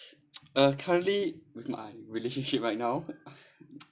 uh currently with my relationship right now